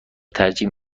ترجیح